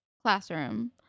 classroom